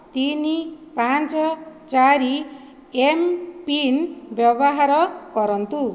ତିନି ପାଞ୍ଚ ଚାରି ଏମ୍ପିନ୍ ବ୍ୟବହାର କରନ୍ତୁ